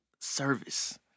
Service